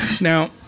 Now